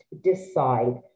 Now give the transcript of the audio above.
decide